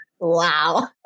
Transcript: Wow